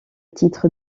titre